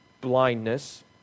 blindness